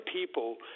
people